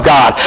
God